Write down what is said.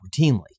routinely